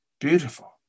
beautiful